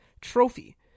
trophy